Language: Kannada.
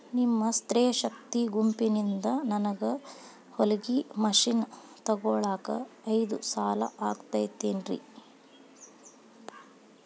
ನಿಮ್ಮ ಸ್ತ್ರೇ ಶಕ್ತಿ ಗುಂಪಿನಿಂದ ನನಗ ಹೊಲಗಿ ಮಷೇನ್ ತೊಗೋಳಾಕ್ ಐದು ಸಾಲ ಸಿಗತೈತೇನ್ರಿ?